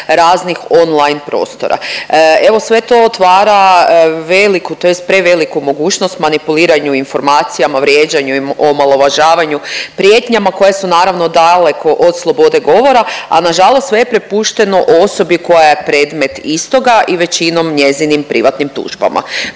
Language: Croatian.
raznih online prostora. Evo sve to otvara veliku tj. preveliku mogućnost manipuliranju informacijama, vrijeđanju i omalovažavanju, prijetnjama koje su naravno daleko od slobode govora, a nažalost sve je prepušteno osobi koja je predmet istoga i većinom njezinim privatnim tužbama.